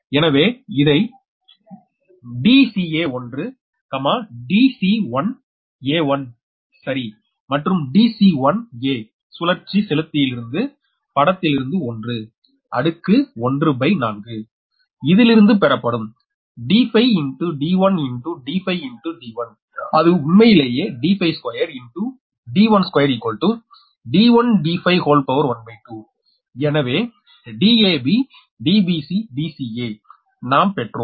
எனவே dca1 dc1a1 சரி மற்றும் dc1a சுழற்சி செலுத்ததிலிருந்து படத்திலிருந்து ஒன்றுஅடுக்கு 1 பய் 4 இதிலிருந்து பெறப்படும் d5 d1 d5 d1 அது உண்மையிலேயே 2 2 12 எனவே DabDbcDca நாம் பெற்றோம்